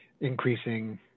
increasing